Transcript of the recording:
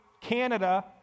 Canada